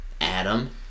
Adam